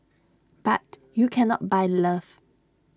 but you cannot buy love